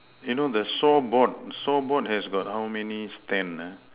you know the saw board saw board has got how many stand ah